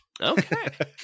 Okay